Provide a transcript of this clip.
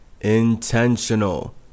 intentional